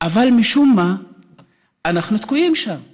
אבל משום מה אנחנו תקועים שם בחשמל,